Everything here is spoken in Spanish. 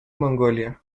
mongolia